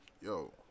yo